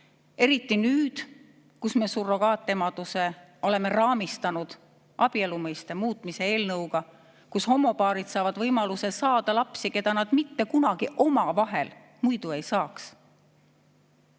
Eriti nüüd, kus me surrogaatemaduse [teema] oleme raamistanud abielu mõiste muutmise eelnõuga, millega homopaarid saavad võimaluse saada lapsi, keda nad mitte kunagi omavahel muidu ei saaks.